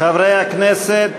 חברי הכנסת,